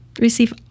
receive